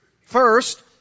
First